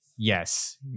yes